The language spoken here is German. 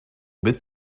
bist